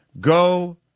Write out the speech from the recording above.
Go